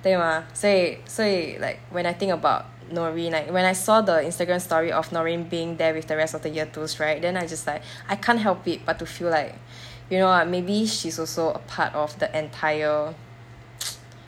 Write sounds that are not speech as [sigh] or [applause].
对吗所以所以 like when I think about norin like when I saw the Instagram story of norin being there with the rest of the year twos right then I just like I can't help it but to feel like you know lah maybe she's also a part of the entire [noise]